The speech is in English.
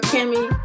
Kimmy